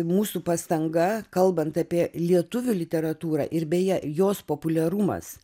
mūsų pastanga kalbant apie lietuvių literatūrą ir beje jos populiarumas